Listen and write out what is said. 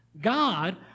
God